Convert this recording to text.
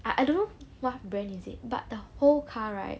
I I don't know what brand is it but the whole car right